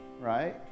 right